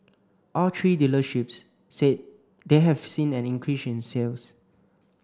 all three dealerships said they have seen an increase in sales